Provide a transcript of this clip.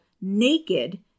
naked